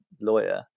lawyer